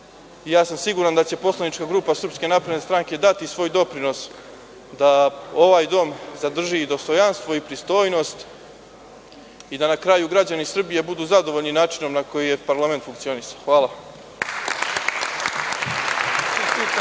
Siguran sam da će poslanička grupa SNS dati svoj doprinos da ovaj dom zadrži dostojanstvo i pristojnost i da na kraju građani Srbije budu zadovoljni načinom na koji je parlament funkcionisao. Hvala.